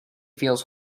feels